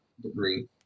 degree